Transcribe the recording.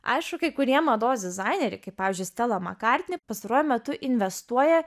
aišku kai kurie mados dizaineriai kaip pavyzdžiui stela makartni pastaruoju metu investuoja